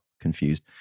confused